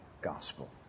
gospel